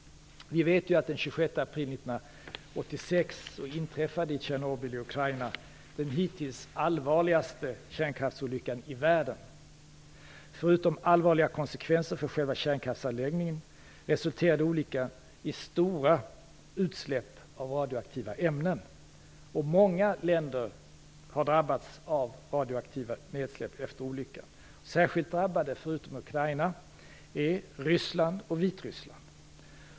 Den 26 april 1986 inträffade i Tjernobyl i Ukraina den hittills allvarligaste kärnkraftsolyckan i världen. Förutom allvarliga konsekvenser för själva kärnkraftsanläggningen resulterade olyckan i stora utsläpp av radioaktiva ämnen. Många länder har drabbats av radioaktiva nedsläpp efter olyckan. Särskilt drabbade är förutom Ukraina länder som Ryssland och Vitryssland.